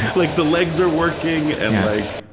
like the legs are working and like